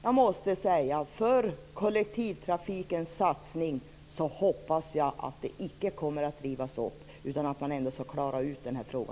Jag hoppas för kollektivtrafikssatsningens skull att den icke kommer att rivas upp utan att man i Göteborg skall klara ut denna fråga.